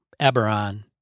Eberron